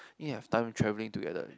need to have time travelling together